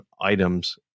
items